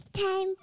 Time